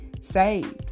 Saved